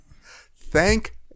Thank